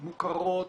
מוכרות,